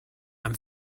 and